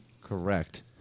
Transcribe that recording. Correct